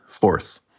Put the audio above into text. force